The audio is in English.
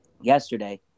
yesterday